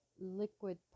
liquid